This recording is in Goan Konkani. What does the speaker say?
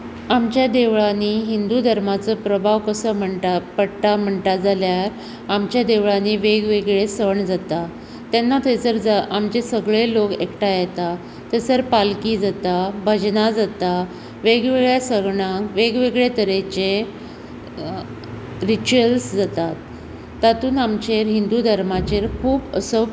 आमच्या देवळांनी हिंदू धर्माचो प्रभाव कसो म्हणटा पडटा म्हणटा जाल्यार आमच्या देवळांनी वेगवेगळें सण जाता तेन्ना थंयसर आमचें सगळें लोक एकठांय येता थंयसर पालकी जाता भजनां जाता वेगवेगळ्या सणांक वेगवेगळें तरेचें रिचूल्स जातात तातूंत आमचेर हिंदू धर्माचेर खुब असो